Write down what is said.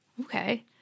Okay